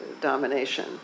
domination